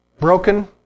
broken